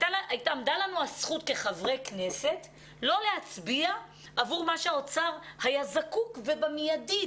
עמדה לנו הזכות כחברי כנסת לא להצביע עבור מה שהאוצר היה זקוק ובמיידית,